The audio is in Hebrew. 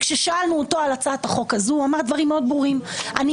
וכששאלנו אותו על הצעת החוק הזאת הוא אמר דברים מאוד ברורים: אני